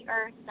earth